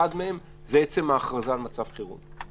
אחד מהם זה עצם ההכרזה על מצב חירום.